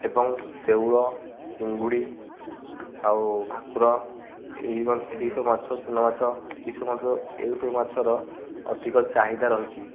ଏବଂ ଶେଉଳ ଚିଙ୍ଗୁଡ଼ି ଆଉ ଭାକୁର ଏହିସବୁ ମାଛ ଚୁନ ମାଛ ଏହିସବୁ ଏହିସବୁ ମାଛର ଅଧିକ ଚାହିଦା ରହିଛି